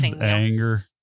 Anger